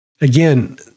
Again